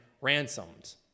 ransomed